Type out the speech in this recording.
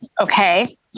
Okay